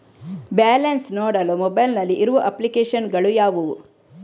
Balance ನೋಡಲು mobile ನಲ್ಲಿ ಇರುವ ಅಪ್ಲಿಕೇಶನ್ ಗಳು ಯಾವುವು?